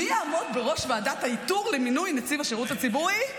מי יעמוד בראש ועדת האיתור למינוי נציב השירות הציבורי?